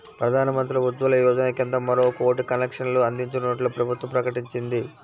ప్రధాన్ మంత్రి ఉజ్వల యోజన కింద మరో కోటి కనెక్షన్లు అందించనున్నట్లు ప్రభుత్వం ప్రకటించింది